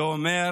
זה אומר